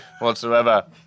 whatsoever